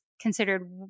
considered